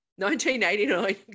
1989